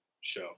show